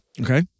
Okay